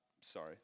Sorry